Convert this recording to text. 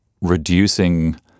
reducing